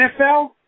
NFL